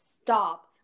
stop